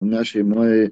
mes šeimoje